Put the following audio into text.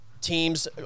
teams